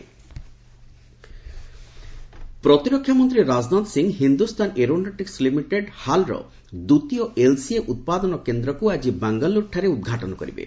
defence minister ପ୍ରତିରକ୍ଷାମନ୍ତ୍ରୀ Rajnath Singh Hindustan aeronautics limited ହାଲ୍ର ଦ୍ୱିତୀୟ ଏଲ୍ସିଏ ଉତ୍ପାଦନ କେନ୍ଦ୍ରକୁ ଆଜି ବାଙ୍ଗାଲୁରୁଠାରେ ଉଦ୍ଘାଟନ କରିବେ